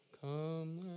come